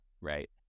Right